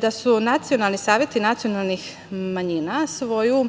da su nacionalni saveti nacionalnih manjina svoju